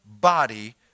body